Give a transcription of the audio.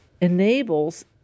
enables